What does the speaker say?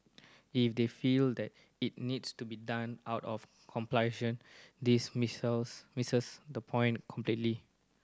if they feel that it needs to be done out of compulsion this misses the point completely